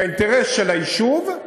כי האינטרס של היישוב,